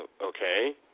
Okay